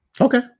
Okay